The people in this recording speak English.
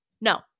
no